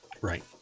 right